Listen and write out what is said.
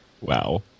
Wow